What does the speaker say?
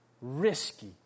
risky